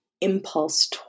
impulse